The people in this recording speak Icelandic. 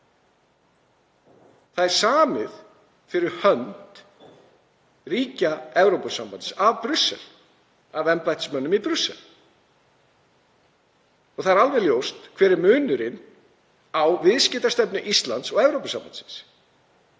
Það er samið fyrir hönd ríkja Evrópusambandsins af embættismönnum í Brussel. Það er alveg ljóst hver munurinn er á viðskiptastefnu Íslands og Evrópusambandsins.